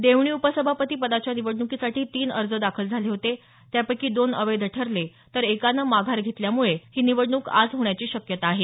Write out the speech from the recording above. देवणी उपसभापती पदाच्या निवडण्कीसाठी तीन अर्ज दाखल झाले होते त्यापैकी दोन अवैध ठरले तर एकाने माघार घेतल्यामुळे ही निवडणूक आज होण्याची शक्यता आहे